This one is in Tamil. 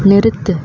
நிறுத்து